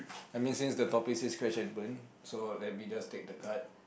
I mean since the topic says crash and burn so let me just take the card